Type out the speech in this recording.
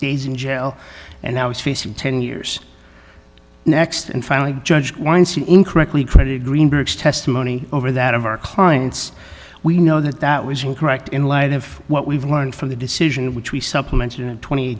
days in jail and i was facing ten years next and finally judge weinstein incorrectly credited greenberg's testimony over that of our clients we know that that was incorrect in light of what we've learned from the decision which we supplemented twenty